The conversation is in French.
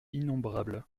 innombrables